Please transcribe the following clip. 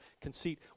conceit